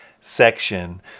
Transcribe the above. section